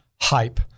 hype